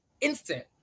instant